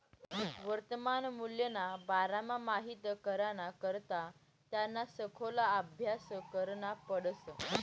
वर्तमान मूल्यना बारामा माहित कराना करता त्याना सखोल आभ्यास करना पडस